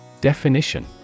Definition